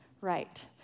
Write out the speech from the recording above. right